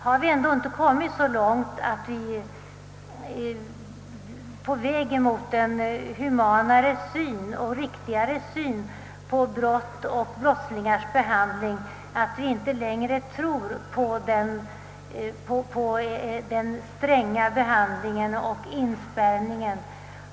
Har vi ändå inte kommit så långt att vi är på väg mot en humanare och riktigare syn på brott och brottslingars behandling? Har vi inte kommit dithän att vi inte längre tror på den stränga behandlingen och långvariga inspärrningen?